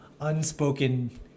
unspoken